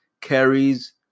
carries